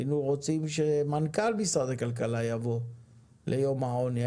היינו רוצים שמנכ"ל משרד הכלכלה יבוא ליום העוני,